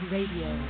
Radio